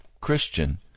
Christian